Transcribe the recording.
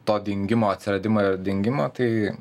to dingimo atsiradimo ir dingimo tai